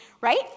right